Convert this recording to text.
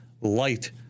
light